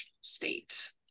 state